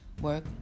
work